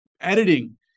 editing